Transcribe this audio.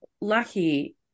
lucky